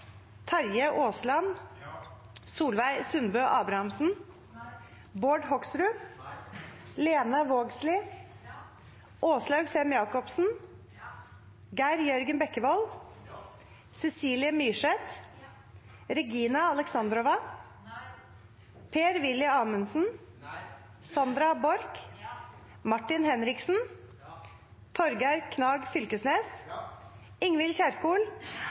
Terje Aasland, Lene Vågslid, Åslaug Sem-Jacobsen, Geir Jørgen Bekkevold, Cecilie Myrseth, Sandra Borch, Martin Henriksen, Torgeir Knag Fylkesnes, Ingvild Kjerkol,